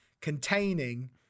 containing